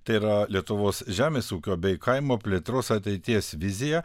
tai yra lietuvos žemės ūkio bei kaimo plėtros ateities viziją